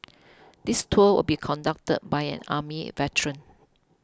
this tour will be conducted by an army veteran